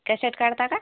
cassette काढता का